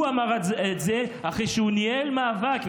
הוא אמר את זה אחרי שהוא ניהל מאבק,